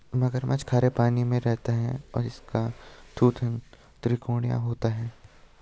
मगरमच्छ खारे पानी में रहते हैं और इनका थूथन त्रिकोणीय होता है